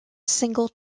single